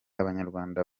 abanyarwanda